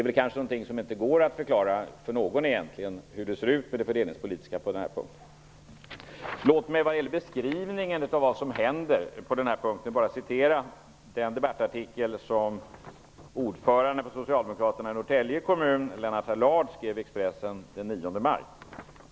Hur fördelningspolitiken ser ut på denna punkt går kanske inte att förklara för någon. Låt mig vad gäller beskrivningen av vad som händer på denna punkt bara citera den debattartikel som ordföranden för Socialdemokraterna i Norrtälje kommun, Lennart Allard, skrev i Expressen den 9 maj.